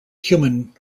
human